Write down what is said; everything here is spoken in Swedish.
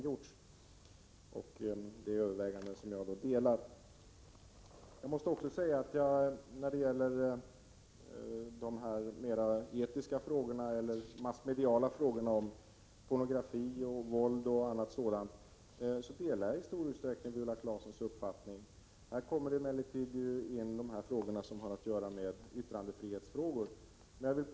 Jag delar den uppfattningen. När det gäller de massmediala frågorna om pornografi, våld och annat sådant delar jag i stor utsträckning Viola Claessons uppfattning. Här kommer emellertid frågan om yttrandefriheten in i bilden.